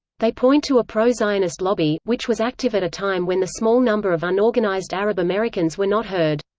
they point to a pro-zionist lobby, which was active at a time when the small number of unorganized arab americans were not heard.